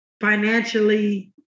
financially